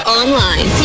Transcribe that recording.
online